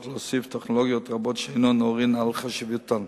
ולהוסיף טכנולוגיות רבות שאין עוררין על חשיבותן.